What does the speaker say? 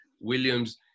Williams